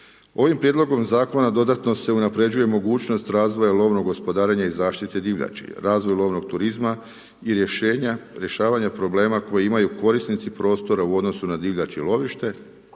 Ovim prijedlogom zakona, dodatno se unapređuje mogućnost razvoja lovnog gospodarenja i zaštite divljači, razvoj lovnog turizma i rješenje rješavanje problema koje imaju korisnici prostora u odnosu na divljač i lovište,